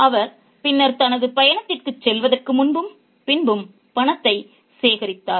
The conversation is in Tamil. அவர் பின்னர் தனது பயணத்திற்குச் செல்வதற்கு முன்பும் பின்னர் பணத்தை சேகரித்தார்